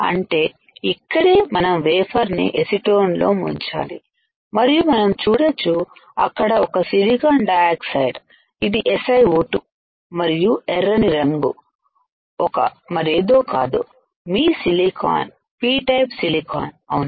అంటే ఇక్కడే మనం వేఫర్ ని ఎసిటోన్ లో ముంచాలిమరియు మనం చూడొచ్చు అక్కడ ఒక్క సిలికాన్ డయాక్సైడ్ ఇది SiO 2మరియు ఎర్రని రంగు ఒక మరేదో కాదు మీ సిలికాన్P టైప్ సిలికాన్ అవునా